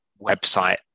website